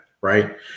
right